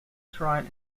shrine